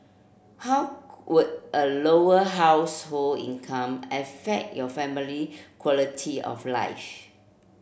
how would a Lower Household income affect your family quality of life